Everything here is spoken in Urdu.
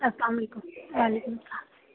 السّلام علیکم وعلیکم السّلام